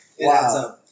Wow